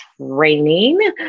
training